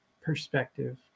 perspective